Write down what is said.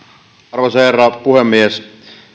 arvoisa herra puhemies